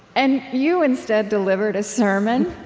and you instead delivered a sermon,